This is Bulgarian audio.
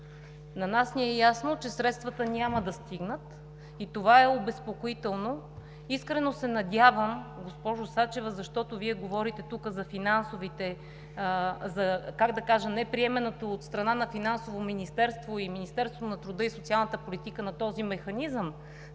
На нас ни е ясно, че средствата няма да стигнат и това е обезпокоително. Искрено се надявам, госпожо Сачева, защото Вие говорите тук за неприемането от страна на Министерството на финансите и Министерството на труда и социалната политика на този механизъм,